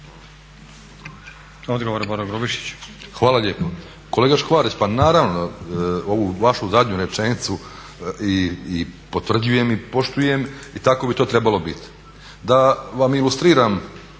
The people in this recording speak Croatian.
Hvala lijepo. Kolega Škvarić, pa naravno ovu vašu zadnju rečenicu i potvrđujem i poštujem i tako bi to trebalo biti. Da vam ilustriram